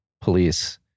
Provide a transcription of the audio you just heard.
police